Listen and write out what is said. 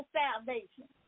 salvation